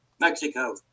Mexico